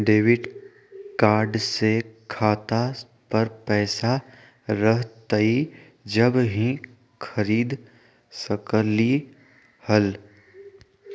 Debit card से खाता पर पैसा रहतई जब ही खरीद सकली ह?